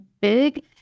big